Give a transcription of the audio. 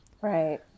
right